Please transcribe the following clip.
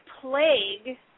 plague